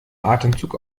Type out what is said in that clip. atemzug